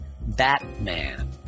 batman